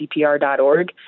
CPR.org